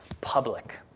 public